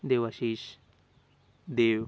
Devashish Dev